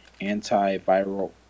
antiviral